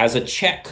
as a check